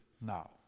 now